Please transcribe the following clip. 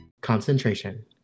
Concentration